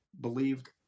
believed